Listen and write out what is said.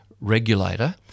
regulator